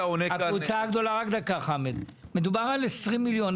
בקבוצה הגדולה מדובר על כ-10 מיליון ₪.